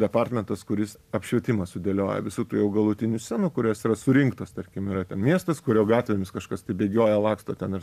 departmentas kuris apšvietimą sudėlioja visų tų jau galutinių scenų kurios yra surinktos tarkim yra miestas kurio gatvėmis kažkas tai bėgioja laksto ten ir